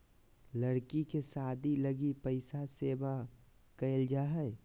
लड़की के शादी लगी पैसा सेव क़इल जा हइ